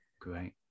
Great